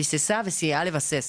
ביססה וסייעה לבסס.